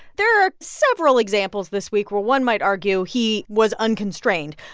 there are several examples this week where one might argue he was unconstrained.